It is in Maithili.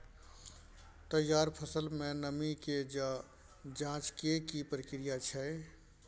तैयार फसल में नमी के ज जॉंच के की प्रक्रिया छै?